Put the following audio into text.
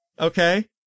Okay